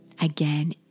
Again